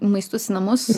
maistus į namus